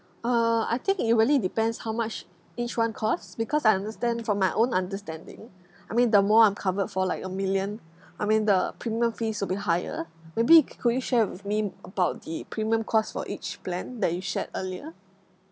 uh I think it really depends how much each one cost because I understand from my own understanding I mean the more I'm covered for like a million I mean the premium fee should be higher maybe c~ could you share with me about the premium cost for each plan that you shared earlier